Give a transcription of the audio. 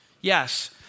yes